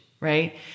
right